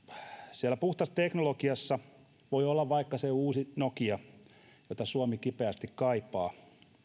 siellä puhtaassa teknologiassa voi olla vaikka se uusi nokia jota suomi kipeästi kaipaa